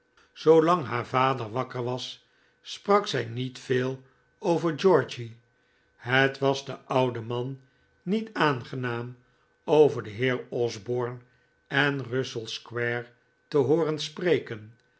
zoolang haar vader wakker was sprak zij niet veel over georgy het was den ouden man niet aangenaam over den heer osborne en russell square te hooren spreken